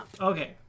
Okay